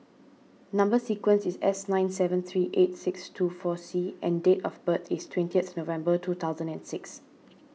Number Sequence is S nine seven three eight six two four C and date of birth is twentieth November two thousand and six